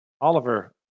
Oliver